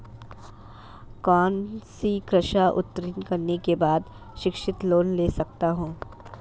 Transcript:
कौनसी कक्षा उत्तीर्ण करने के बाद शिक्षित लोंन ले सकता हूं?